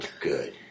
good